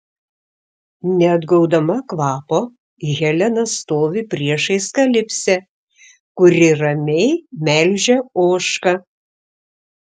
neatgaudama kvapo helena stovi priešais kalipsę kuri ramiai melžia ožką